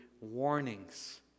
warnings